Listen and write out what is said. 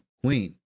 queen